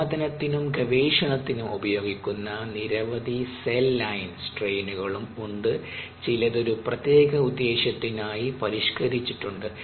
ഉത്പാദനത്തിനും ഗവേഷണത്തിനും ഉപയോഗിക്കുന്ന നിരവധി സെൽ ലൈൻ സ്ട്രെയിനുകളും ഉണ്ട് ചിലത് ഒരു പ്രത്യേക ഉദ്ദേശ്യത്തിനായി പരിഷ്കരിച്ചിട്ടുണ്ട്